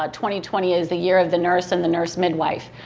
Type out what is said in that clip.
ah twenty twenty is the year of the nurse and the nurse midwife.